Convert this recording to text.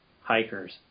hikers